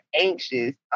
anxious